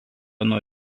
nuo